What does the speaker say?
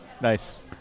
Nice